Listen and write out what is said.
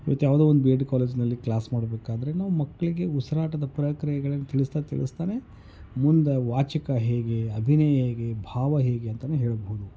ಇವತ್ತು ಯಾವುದೋ ಒಂದು ಬಿ ಎಡ್ ಕಾಲೇಜಿನಲ್ಲಿ ಕ್ಲಾಸ್ ಮಾಡಬೇಕಾದ್ರೆ ನಾವು ಮಕ್ಕಳಿಗೆ ಉಸಿರಾಟದ ಪ್ರಕ್ರಿಯೆಗಳನ್ನು ತಿಳಿಸ್ತಾ ತಿಳಿಸ್ತನೇ ಮುಂದೆ ವಾಚಿಕ ಹೇಗೆ ಅಭಿನಯ ಹೇಗೆ ಭಾವ ಹೇಗೆ ಅಂತಲೇ ಹೇಳ್ಬೋದು